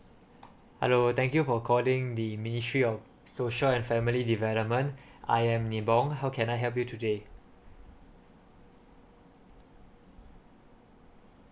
hello thank you for calling the ministry of social and family development I am nibong how can I help you today